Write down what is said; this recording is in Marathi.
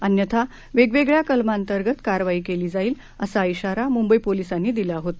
अन्यथा वेगवेगळ्या कलमांतर्गत कारवाई केली जाईल असा श्रीारा मुंबई पोलिसांनी दिला होता